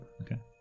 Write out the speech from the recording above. Okay